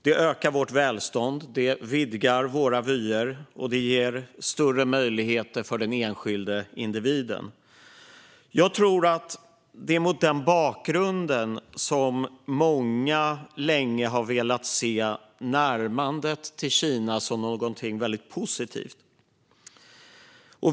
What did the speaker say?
Det ökar vårt välstånd, vidgar våra vyer och ger större möjligheter för individen. Jag tror att det är mot den bakgrunden som många länge har velat se närmandet till Kina som något positivt.